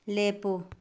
ꯂꯦꯞꯄꯨ